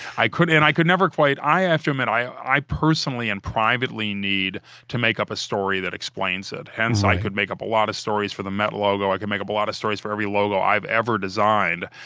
and i could never quite, i i have to admit i i personally and privately need to make up a story that explains it. hence, i could make up a lot of stories for the met logo. i could make up a lot of stories for every logo i've ever designed.